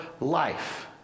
life